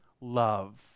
love